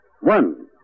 One